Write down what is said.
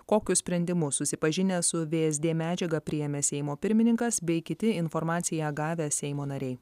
kokius sprendimus susipažinę su vsd medžiagą priėmė seimo pirmininkas bei kiti informaciją gavę seimo nariai